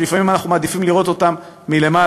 כשלפעמים אנחנו מעדיפים לראות אותם מלמעלה,